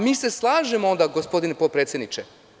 Mi se slažemo onda, gospodine potpredsedniče.